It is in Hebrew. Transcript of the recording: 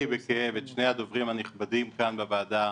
בכאב את שני הדוברים הנכבדים כאן בוועדה,